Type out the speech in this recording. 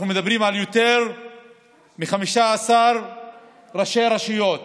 אנחנו מדברים על יותר מ-15 ראשי רשויות